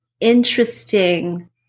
interesting